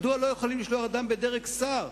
מדוע לא יכולים לשלוח אדם בדרג שר?